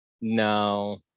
no